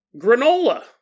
granola